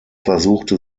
versuchte